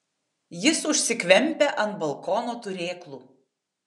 jis užsikvempia ant balkono turėklų